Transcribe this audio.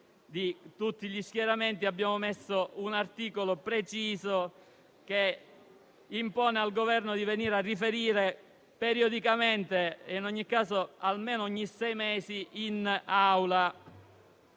di tutti gli schieramenti, abbiamo previsto un articolo preciso che impone al Governo di venire in Aula a riferire periodicamente e, in ogni caso, almeno ogni sei mesi.